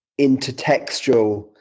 intertextual